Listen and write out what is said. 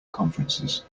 conferences